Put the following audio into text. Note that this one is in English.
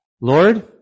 Lord